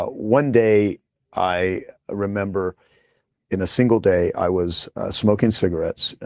ah one day i remember in a single day, i was smoking cigarettes,